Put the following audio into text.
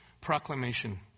proclamation